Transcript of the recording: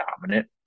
dominant